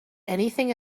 anything